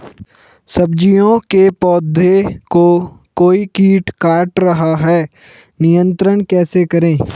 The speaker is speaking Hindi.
सब्जियों के पौधें को कोई कीट काट रहा है नियंत्रण कैसे करें?